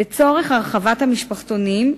לצורך הרחבת המשפחתונים,